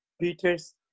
peter's